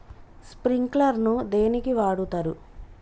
Sprinkler ను దేనికి వాడుతరు?